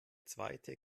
zweite